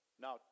Now